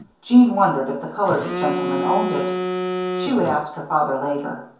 jeanne wondered if the colored gentleman owned it she would ask her father later.